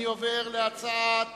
אני עובר להצעת